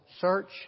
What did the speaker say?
Search